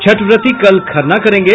छठ व्रती कल खरना करेंगे